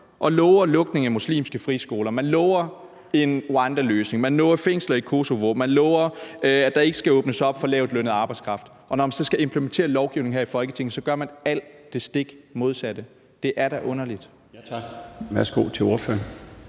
og lover lukning af muslimske friskoler, lover en Rwandaløsning, lover et fængsel i Kosovo og lover, at der ikke skal åbnes op for lavtlønnet arbejdskraft, og når man så skal implementere lovgivningen her i Folketinget, gør man det stik modsatte. Det er da underligt.